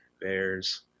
Bears